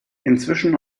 inzwischen